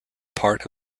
part